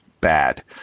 bad